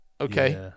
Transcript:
okay